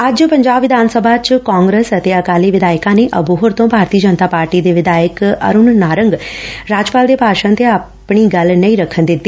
ਅੱਜ ਪੰਜਾਬ ਵਿਧਾਨ ਸਭਾ ਚ ਕਾਂਗਰਸ ਅਤੇ ਅਕਾਲੀ ਵਿਧਾਇਕਾਂ ਨੇ ਅਬੋਹਰ ਤੋਂ ਭਾਰਤੀ ਜਨਤਾ ਪਾਰਟੀ ਦੇ ਵਿਧਾਇਕ ਅਰੁਣ ਨਾਰੰਗ ਰਾਜਪਾਲ ਦੇ ਭਾਸ਼ਣ ਤੇ ਆਪਣੀ ਗੱਲ ਨਹੀ ਰੱਖਣ ਦਿੱਤੀ